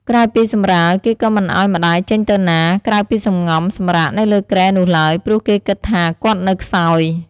ក្រោយពីសម្រាល គេក៏មិនឱ្យម្ដាយចេញទៅណា ក្រៅពីសំងំសម្រាកនៅលើគ្រែនោះឡើយ ព្រោះគេគិតថាគាត់នៅខ្សោយ។